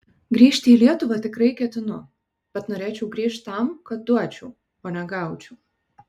grįžti į lietuvą tikrai ketinu bet norėčiau grįžt tam kad duočiau o ne gaučiau